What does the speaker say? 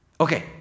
Okay